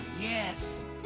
yes